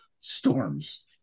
storms